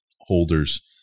holders